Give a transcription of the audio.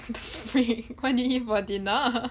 freak what did you eat for dinner